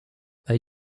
they